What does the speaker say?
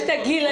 ------ אין גיל.